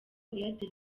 airtel